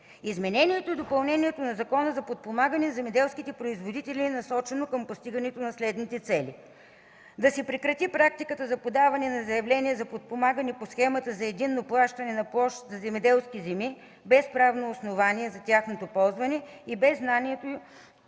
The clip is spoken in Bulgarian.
Изменението и допълнението на Закона за подпомагане на земеделските производители е насочено към постигане на следните цели: - Да се прекрати практиката за подаване на заявления за подпомагане по Схемата за единно плащане на площ за земеделски земи без правно основание за тяхното ползване и без знанието и